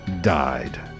died